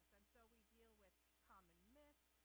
and so we deal with common myths,